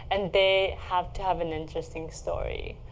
and they have to have an interesting story.